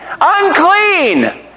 unclean